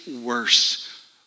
worse